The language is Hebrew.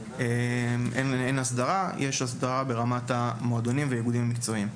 הנושא מוסדר ברמת המועדונים והאיגודים המקצועיים.